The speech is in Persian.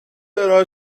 ارائه